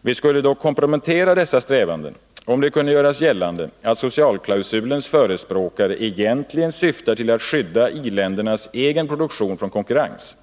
Vi skulle dock kompromettera dessa strävanden om det kunde göras gällande att socialklausulens förespråkare egentligen syftar till att skydda i-ländernas egen produktion från konkurrens.